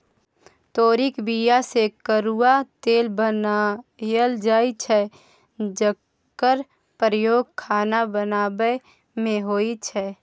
तोरीक बीया सँ करुआ तेल बनाएल जाइ छै जकर प्रयोग खाना बनाबै मे होइ छै